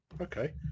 Okay